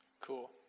Cool